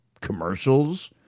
commercials